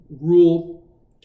rule